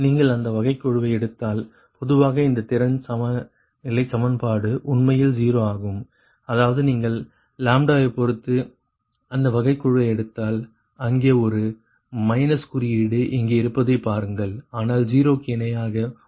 நீங்கள் அந்த வகைக்கெழுவை எடுத்தால் பொதுவாக இந்த திறன் சமநிலை சமன்பாடு உண்மையில் 0 ஆகும் அதாவது நீங்கள் வைப் பொறுத்து அந்த வகைக்கெழுவை எடுத்தால் அங்கே ஒரு மைனஸ் குறியீடு இங்கே இருப்பதை பாருங்கள் ஆனால் 0 க்கு இணையாக உள்ளது